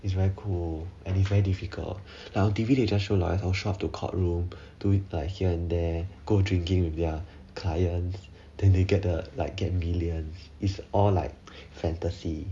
it's very cool and it's very difficult like on T_V they just show lawyers show us the courtroom to like here and there go drinking with their clients then they get the like get millions is all like fantasy